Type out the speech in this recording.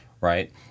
Right